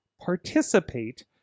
participate